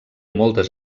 moltes